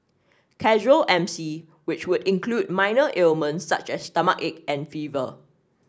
casual M C which would include minor ailments such as stomachache and fever